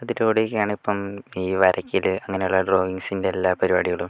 അതിലൂടെയൊക്കെ ആണ് ഇപ്പം ഈ വരയ്ക്കൽ അങ്ങനെയുള്ള ഡ്രോയിങ്സിൻ്റെ എല്ലാ പരിപാടികളും